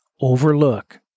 overlook